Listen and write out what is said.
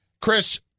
Chris